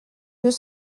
deux